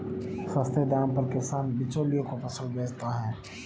सस्ते दाम पर किसान बिचौलियों को फसल बेचता है